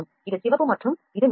இது சிவப்பு மற்றும் இது நீலம்